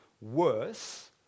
worse